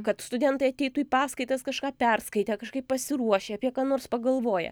kad studentai ateitų į paskaitas kažką perskaitę kažkaip pasiruošę apie ką nors pagalvoję